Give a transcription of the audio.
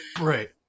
Right